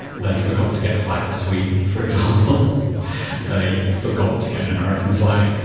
they forgot to get a flag for sweden, for example they forgot to get an american flag.